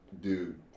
dude